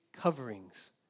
coverings